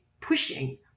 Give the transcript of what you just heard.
pushing